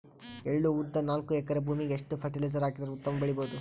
ಎಳ್ಳು, ಉದ್ದ ನಾಲ್ಕಎಕರೆ ಭೂಮಿಗ ಎಷ್ಟ ಫರಟಿಲೈಜರ ಹಾಕಿದರ ಉತ್ತಮ ಬೆಳಿ ಬಹುದು?